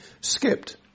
skipped